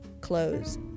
clothes